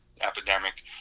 epidemic